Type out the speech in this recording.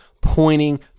pointing